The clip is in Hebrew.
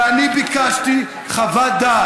ואני ביקשתי חוות דעת,